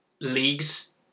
leagues